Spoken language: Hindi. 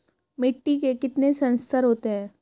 मिट्टी के कितने संस्तर होते हैं?